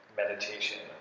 meditation